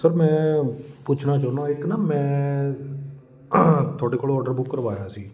sir ਮੈਂ ਪੁੱਛਣਾ ਚਾਹੁੰਦਾ ਇੱਕ ਨਾ ਮੈਂ ਤੁਹਾਡੇ ਕੋਲੋ ਔਡਰ ਬੁੱਕ ਕਰਾਇਆ ਸੀ